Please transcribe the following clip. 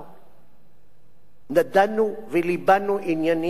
דנו וליבנו עניינים, ושום דבר